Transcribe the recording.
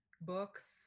books